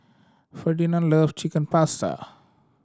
Ferdinand love Chicken Pasta